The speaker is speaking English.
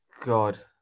God